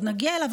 עוד נגיע אליו,